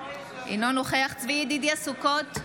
אינו נוכח צבי ידידיה סוכות,